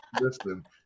listen